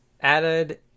added